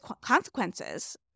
consequences